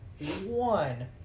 One